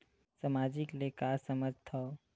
सामाजिक ले का समझ थाव?